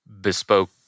bespoke